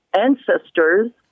ancestors